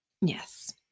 Yes